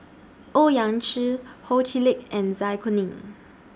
Owyang Chi Ho Chee Lick and Zai Kuning